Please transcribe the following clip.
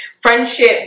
Friendship